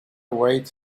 wait